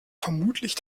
vermutlich